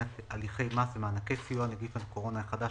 הליכי מס ומענקי סיוע (נגיף הקורונה החדש,